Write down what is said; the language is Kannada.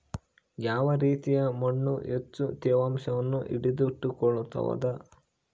ಯಾವ ರೇತಿಯ ಮಣ್ಣು ಹೆಚ್ಚು ತೇವಾಂಶವನ್ನು ಹಿಡಿದಿಟ್ಟುಕೊಳ್ತದ?